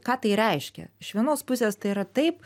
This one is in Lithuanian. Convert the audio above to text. ką tai reiškia iš vienos pusės tai yra taip